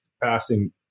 passing